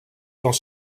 dans